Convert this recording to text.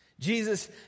Jesus